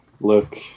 Look